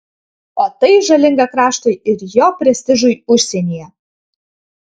o tai žalinga kraštui ir jo prestižui užsienyje